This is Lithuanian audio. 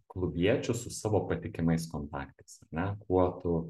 klubiečius su savo patikimais kontaktais ar ne kuo tu